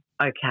Okay